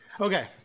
Okay